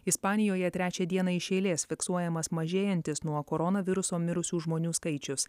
ispanijoje trečią dieną iš eilės fiksuojamas mažėjantis nuo koronaviruso mirusių žmonių skaičius